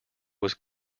was